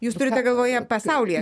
jūs turite galvoje pasaulyje